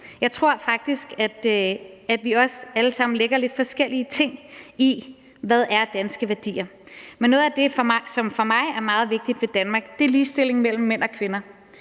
Jeg tror, at vi alle sammen lægger lidt forskellige ting i, hvad danske værdier er, men noget af det, som for mig er meget vigtigt ved Danmark, er ligestillingen mellem mænd og kvinder